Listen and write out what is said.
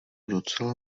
docela